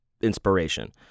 inspiration